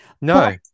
No